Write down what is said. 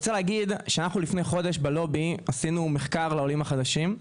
לפני חודש עשינו בלובי מחקר על העולים החדשים.